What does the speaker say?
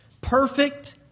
perfect